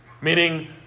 Meaning